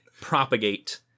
propagate